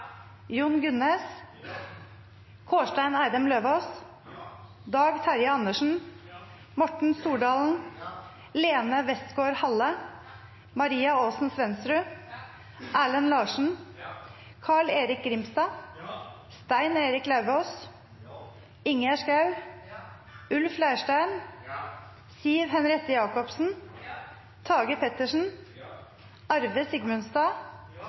Jon Gunnes, Kårstein Eidem Løvaas, Dag Terje Andersen, Morten Stordalen, Lene Westgaard-Halle, Maria Aasen-Svensrud, Erlend Larsen, Carl-Erik Grimstad, Stein Erik Lauvås, Ingjerd Schou, Ulf Leirstein, Siv Henriette Jacobsen, Tage Pettersen, Arve Sigmundstad,